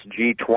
G20